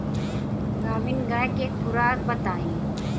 गाभिन गाय के खुराक बताई?